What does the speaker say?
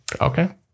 Okay